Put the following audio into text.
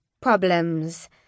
Problems